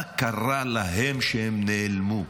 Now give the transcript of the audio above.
מה קרה להם שהם נעלמו?